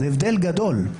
זה הבדל גדול.